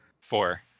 Four